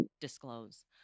disclose